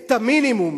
את המינימום,